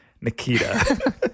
Nikita